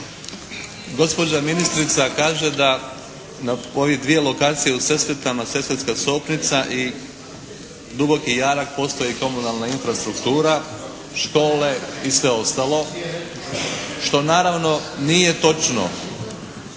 Gospođa ministrica kaže da na ovih dvije lokacije u Sesvetama, Sesvetska Sopnica i Duboki Jarak postoji komunalna infrastruktura, škole i sve ostalo što naravno nije točno.